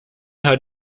hat